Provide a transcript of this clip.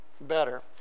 better